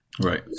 right